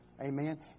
Amen